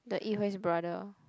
the Yi-Hui's brother